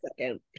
second